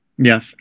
Yes